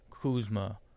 Kuzma